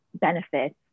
benefits